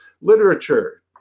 Literature